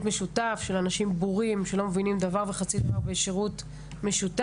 משותף של אנשים בורים שלא מבינים דבר וחצי דבר בשירות משותף.